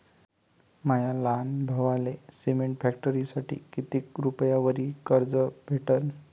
माया लहान भावाले सिमेंट फॅक्टरीसाठी कितीक रुपयावरी कर्ज भेटनं?